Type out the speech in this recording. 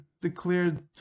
declared